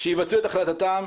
שיבצעו את החלטתם,